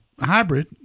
hybrid